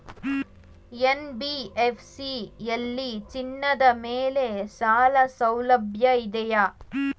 NBFC ಯಲ್ಲಿ ಚಿನ್ನದ ಮೇಲೆ ಸಾಲಸೌಲಭ್ಯ ಇದೆಯಾ?